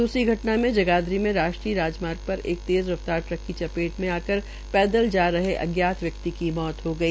द्रसरी घटना में जगाधरी में राष्ट्रीय राजमार्ग पर एक तेज़ रफ्तार ट्रक की चपेट में आकर पैदल जा रहे अज्ञात व्यक्ति की मौत हो गई